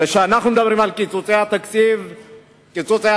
כשאנחנו מדברים על קיצוצי התקציב הרוחביים,